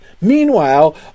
Meanwhile